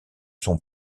son